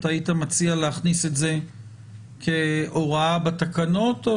אתה היית מציע להכניס את זה כהוראה בתקנות או